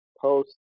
post